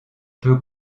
peut